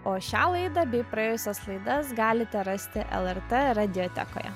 o šią laidą bei praėjusias laidas galite rasti lrt radiotekoje